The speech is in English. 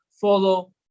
follow